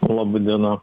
laba diena